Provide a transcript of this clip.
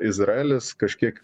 izraelis kažkiek